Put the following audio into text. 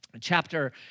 chapter